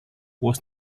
was